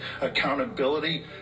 accountability